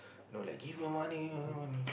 know like give my money give my money